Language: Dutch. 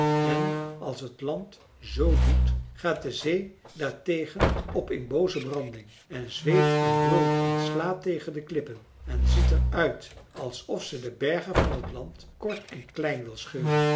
en als het land zoo doet gaat de zee daar tegen op in booze branding en zweept en brult en slaat tegen de klippen en ziet er uit alsof ze de bergen van t land kort en klein wil scheuren